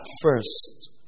first